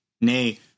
Nay